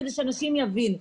כדי שאנשים יבינו.